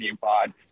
pod